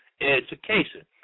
education